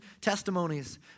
testimonies